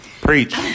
Preach